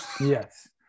Yes